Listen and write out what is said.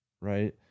right